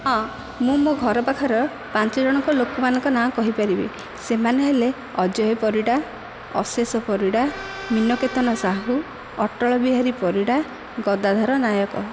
ହଁ ମୁଁ ମୋ ଘର ପାଖର ପାଞ୍ଚ ଜଣଙ୍କ ଲୋକମାନଙ୍କ ନାଁ କହିପାରିବି ସେମାନେ ହେଲେ ଅଜୟ ପରିଡ଼ା ଅଶେଷ ପରିଡ଼ା ମୀନକେତନ ସାହୁ ଅଟଳ ବିହାରୀ ପରିଡ଼ା ଗଦାଧର ନାୟକ